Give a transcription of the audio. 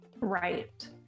right